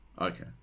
Okay